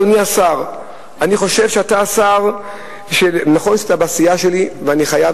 אדוני השר: נכון שאתה בסיעה שלי ואני חייב